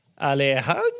Alejandro